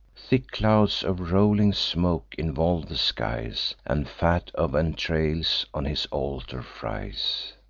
thick clouds of rolling smoke involve the skies, and fat of entrails on his altar fries.